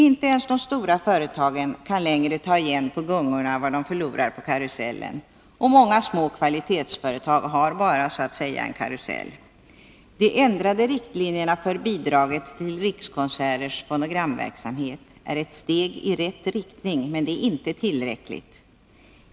Inte ens de stora företagen kan längre ta igen på gungorna vad de förlorar på karusellen, och många små kvalitetsföretag har så att säga bara en karusell. De ändrade riktlinjerna för bidraget till Rikskonserters fonogramverksamhet är ett steg i rätt riktning, men det är inte tillräckligt.